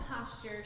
posture